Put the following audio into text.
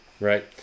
right